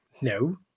no